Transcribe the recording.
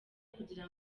kugira